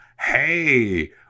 hey